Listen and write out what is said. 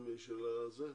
המתגבש.